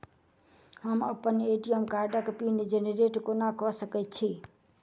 हम अप्पन ए.टी.एम कार्डक पिन जेनरेट कोना कऽ सकैत छी?